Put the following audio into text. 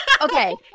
Okay